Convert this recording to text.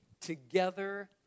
together